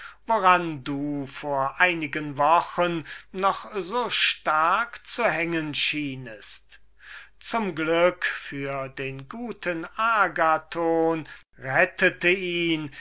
woran du vor einigen wochen noch so stark zu hängen schienest zum glück für den guten agathon rettete ihn